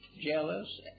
jealous